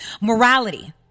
Morality